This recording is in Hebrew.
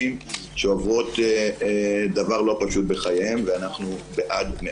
שעוברות דבר לא פשוט בחייהן ואנחנו מאוד בעד.